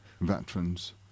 veterans